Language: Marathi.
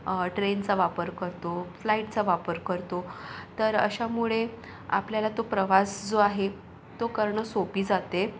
ट्रेनचा वापर करतो फ्लाईटचा वापर करतो तर अशामुळे आपल्याला तो प्रवास जो आहे तो करणं सोपं जाते